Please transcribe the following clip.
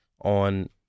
on